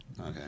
Okay